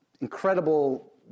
incredible